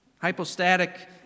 Hypostatic